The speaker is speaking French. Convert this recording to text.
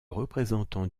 représentant